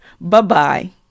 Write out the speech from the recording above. Bye-bye